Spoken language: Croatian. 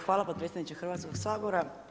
Hvala potpredsjedniče Hrvatskog sabora.